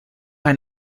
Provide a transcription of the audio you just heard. ein